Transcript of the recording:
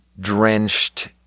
drenched